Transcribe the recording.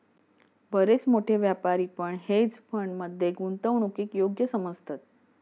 बरेच मोठे व्यापारी पण हेज फंड मध्ये गुंतवणूकीक योग्य समजतत